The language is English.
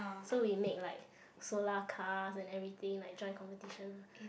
so we make like solar cars and everything like join competition lah